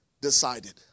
decided